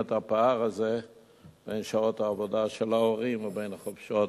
את הפער הזה בין שעות העבודה של ההורים ובין החופשות